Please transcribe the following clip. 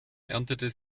erntete